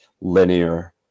linear